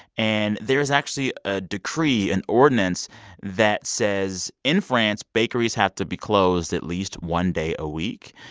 and there's actually a decree, an ordinance that says, in france, bakeries have to be closed at least one day a week.